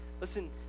listen